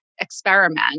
experiment